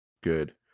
Good